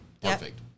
Perfect